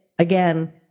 Again